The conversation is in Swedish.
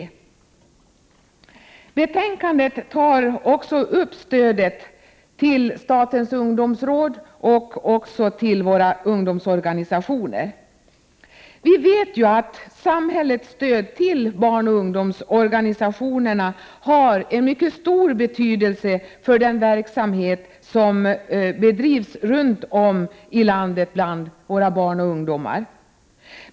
I betänkandet tas också upp stödet till statens ungdomsråd och till våra ungdomsorganisationer. Vi vet att samhällets stöd till barnoch ungdomsorganisationerna har en mycket stor betydelse för den verksamhet som bedrivs runt om i landet bland våra barn och ungdomar.